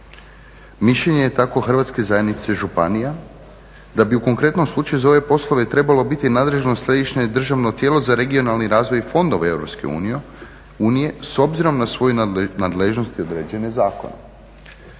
Mišljenje je tako Hrvatske zajednice županija da bi u konkretnom slučaju za ovaj poslove trebalo biti nadležno središnje državno tijelo za regionalni razvoj i fondove EU s obzirom na svoju nadležnost i određene zakone.